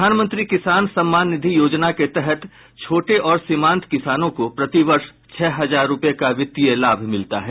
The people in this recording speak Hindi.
प्रधानमंत्री किसान सम्मान निधि योजना के तहत छोटे और सीमांत किसानों को प्रतिवर्ष छह हजार रुपये का वित्तीय लाभ मिलता है